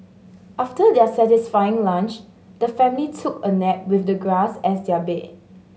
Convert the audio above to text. after their satisfying lunch the family took a nap with the grass as their bed